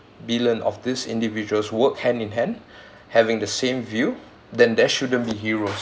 billion of these individuals work hand in hand having the same view then there shouldn't be heroes